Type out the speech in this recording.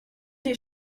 des